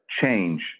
change